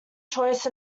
choice